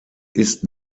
ist